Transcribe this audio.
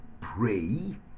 pray